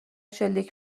شلیک